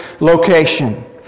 location